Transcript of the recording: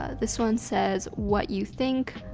ah this one says, what you think,